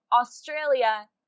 Australia